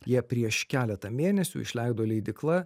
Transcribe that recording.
jie prieš keletą mėnesių išleido leidykla